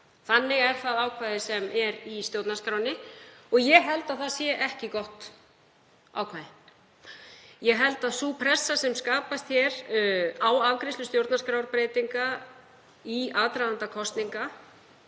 þannig er það ákvæði sem er í stjórnarskránni, að ég held að það sé ekki gott ákvæði. Ég held að sú pressa sem skapast hér á afgreiðslu stjórnarskrárbreytinga í aðdraganda kosninga